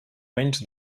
menys